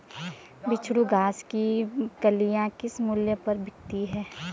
बिच्छू घास की कलियां किस मूल्य पर बिकती हैं?